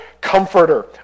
comforter